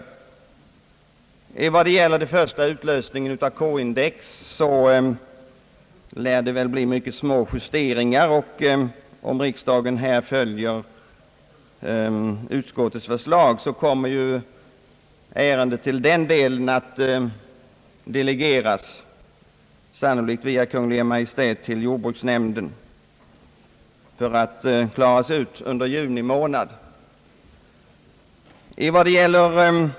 Vad beträffar utlösningen med hänsyn till konsumentprisindex lär det bli mycket små justeringar. Om riksdagen följer utskottets förslag kommer ärendet i den delen sannolikt att delegeras via Kungl. Maj:t till jordbruksnämnden för att klaras ut under juni månad.